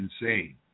insane